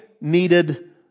needed